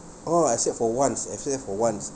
oh except for once except for once